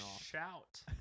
Shout